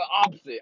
opposite